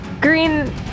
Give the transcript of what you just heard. green